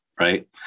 right